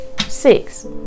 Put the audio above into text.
six